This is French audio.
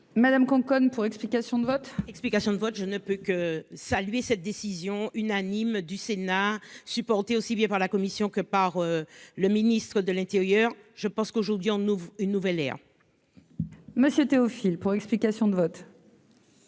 Madame Conconne pour explication de vote. Explications de vote, je ne peux que saluer cette décision unanime du Sénat supporter aussi bien par la commission que par le ministre de l'Intérieur, je pense qu'aujourd'hui on ouvre une nouvelle ère. Monsieur : Théophile pour explication de vote.